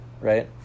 right